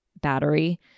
battery